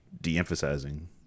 de-emphasizing